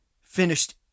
finished